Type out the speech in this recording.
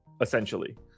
essentially